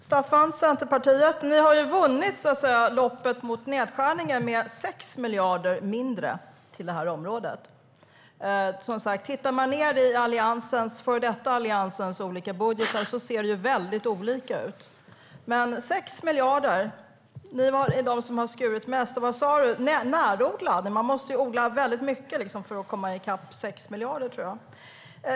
Herr talman! Staffan Danielsson! Ni i Centerpartiet har ju vunnit loppet om nedskärningar med 6 miljarder på det här utgiftsområdet. I Alliansens olika budgetar ser det väldigt olika ut. Men ni har gjort nedskärningar med 6 miljarder och är de som har skurit ned mest. Sa du närodlat? Man måste odla väldigt mycket för att komma i kapp 6 miljarder, tror jag.